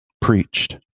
preached